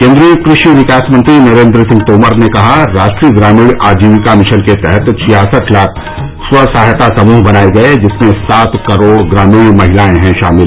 केन्द्रीय कृषि विकास मंत्री नरेंद्र सिंह तोमर ने कहा राष्ट्रीय ग्रामीण आजीविका मिशन के तहत छियासठ लाख स्व सहायता समूह बनाये गये जिनमें सात करोड ग्रामीण महिलाएं हैं शामिल